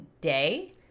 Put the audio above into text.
day